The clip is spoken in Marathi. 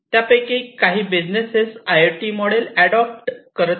त्यापैकी काही business I O T model adopt करत आहेत